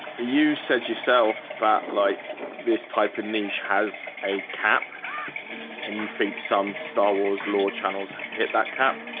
you said yourself that like this type of niche has a cap and you think some star wars law channels have hit that cap